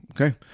Okay